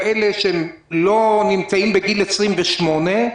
דוגמה אחרת, כאלה שאינם בגיל 28 ויותר,